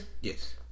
Yes